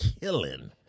killing